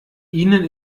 ihnen